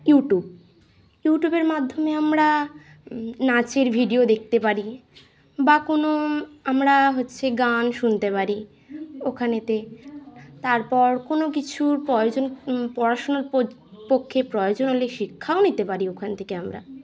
YouTube ইউটিউবের মাধ্যমে আমরা নাচের ভিডিও দেখতে পারি বা কোনো আমরা হচ্ছে গান শুনতে পারি ওখানে তারপর কোনো কিছুর প্রয়োজন পড়াশোনার পক্ষে প্রয়োজন হলে শিক্ষাও নিতে পারি ওখান থেকে আমরা